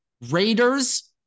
Raiders